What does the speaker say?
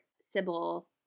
Sybil